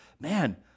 man